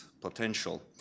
potential